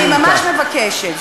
אני ממש מבקשת.